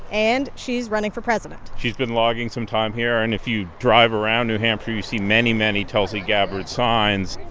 and she's running for president she's been logging some time here. and if you drive around new hampshire, you see many, many tulsi gabbard signs.